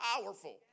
powerful